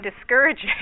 discouraging